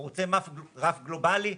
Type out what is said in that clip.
הוא רוצה רף גלובאלי?